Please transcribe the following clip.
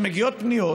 מגיעות פניות